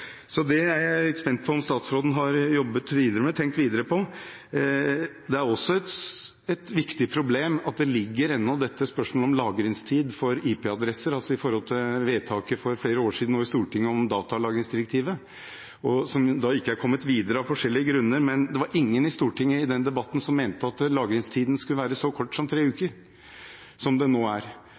tenkt videre på. Det er også et viktig problem at dette spørsmålet om lagringstid for IP-adresser ennå ligger der, altså i forhold til vedtaket for flere år siden i Stortinget om datalagringsdirektivet, som av forskjellige grunner ikke er kommet videre. Men det var ingen i den debatten i Stortinget som mente at lagringstiden skulle være så kort som tre uker, som den nå er.